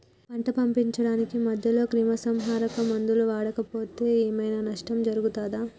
పంట పండించడానికి మధ్యలో క్రిమిసంహరక మందులు వాడకపోతే ఏం ఐనా నష్టం జరుగుతదా?